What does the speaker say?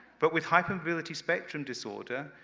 but with hypermobility spectrum disorder,